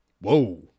Whoa